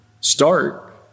start